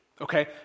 okay